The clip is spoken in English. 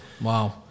wow